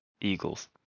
Eagles